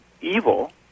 evil